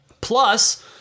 Plus